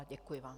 Děkuji vám.